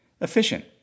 Efficient